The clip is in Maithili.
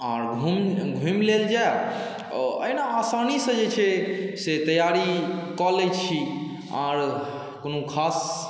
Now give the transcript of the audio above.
आर घूमि लेल जै अहिना आसानीसँ जे छै से तैयारी कऽ लय छी आर कोनो खास